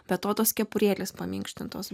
be to tos kepurėlės paminkštintos